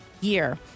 year